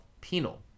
penal